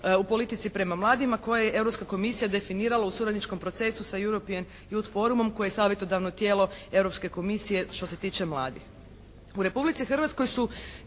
u politici prema mladima koje je Europska komisija definirala u suradničkom procesu sa European Youth forumom koje je savjetodavno tijelo Europske komisije što se tiče mladih.